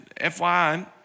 FYI